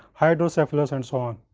hydrocephalus and so on.